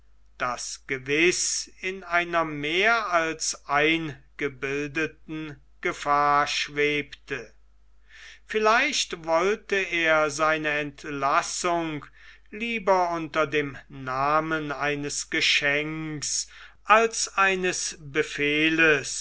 das gewiß in einer mehr als eingebildeten gefahr schwebte vielleicht wollte er seine entlassung lieber unter dem namen eines geschenks als eines befehls